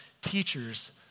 teachers